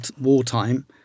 wartime